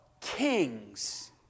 kings